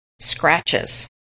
scratches